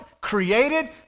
created